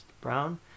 brown